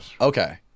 okay